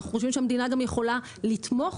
אנחנו חושבים שהמדינה גם יכולה לתמוך